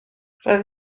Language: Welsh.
roedd